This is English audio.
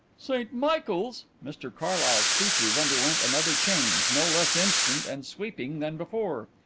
st michael's! mr carlyle's features underwent another change, no less instant and sweeping than before.